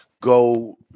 go